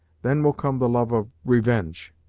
then will come the love of revenge.